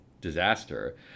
disaster